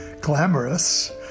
glamorous